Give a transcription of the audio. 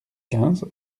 quinze